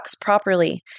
properly